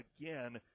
again